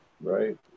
right